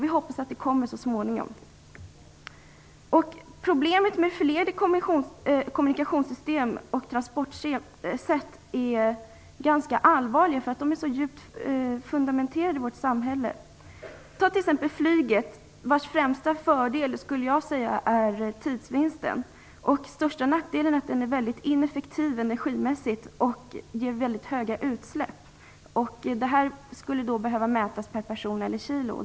Vi hoppas att det så småningom kommer. Problemet med förlegade kommunikationssystem och transportsätt är ganska allvarligt, därför att dessa är så att säga mycket djupt fundamenterade i vårt samhälle. Ta t.ex. flyget. Dess främsta fördel skulle jag vilja säga är tidsvinsten. Den största nackdelen med flyget är att det är väldigt ineffektivt energimässigt och ger mycket stora utsläpp. Detta skulle behöva mätas per person eller kilo.